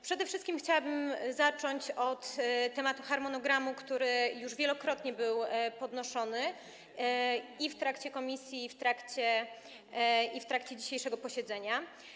Przede wszystkim chciałabym zacząć od tematu harmonogramu, który już wielokrotnie był podnoszony i w komisji, i w trakcie dzisiejszego posiedzenia.